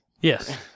Yes